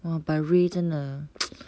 !wah! but ray 真的